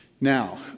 Now